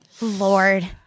Lord